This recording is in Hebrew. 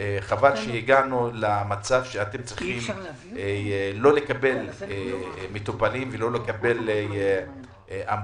חבל שהגענו למצב שאתם צריכים לא לקבל מטופלים ולא לקבל אמבולנסים,